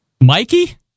Mikey